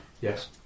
Yes